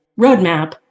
roadmap